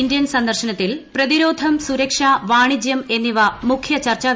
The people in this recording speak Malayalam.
ഇന്ത്യൻ സന്ദർശനത്തിൽ പ്രതിരോധം സുരക്ഷ വാണിജൃം എന്നിവ മുഖ്യ ചർച്ചാ വിഷയമാകും